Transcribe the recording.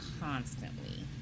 constantly